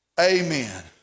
amen